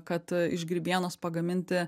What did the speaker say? kad iš grybienos pagaminti